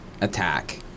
attack